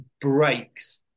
breaks